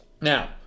Now